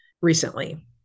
recently